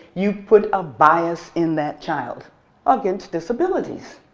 you've put a bias in that child against disabilities.